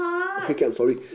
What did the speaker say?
okay K I'm sorry